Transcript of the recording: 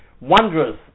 wondrous